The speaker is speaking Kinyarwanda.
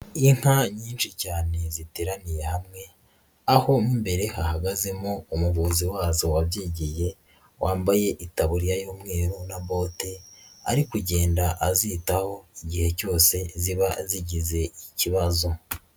Inka nyinshi cyane ziteraniye hamwe aho mo imbere hahagazemo umuvuzi wazo wabyigiye wambaye itaburiya y'umweru na bote, ari kugenda azitaho igihe cyose ziba zigize ikibazo.